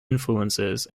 influences